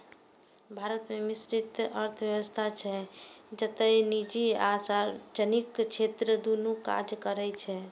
भारत मे मिश्रित अर्थव्यवस्था छै, जतय निजी आ सार्वजनिक क्षेत्र दुनू काज करै छै